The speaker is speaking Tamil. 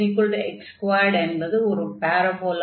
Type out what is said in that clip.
yx2 என்பது ஒரு பாரபோலா ஆகும்